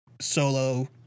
solo